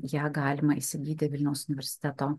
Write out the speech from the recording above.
ją galima įsigyti vilniaus universiteto